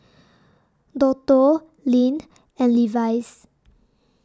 Dodo Lindt and Levi's